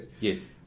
Yes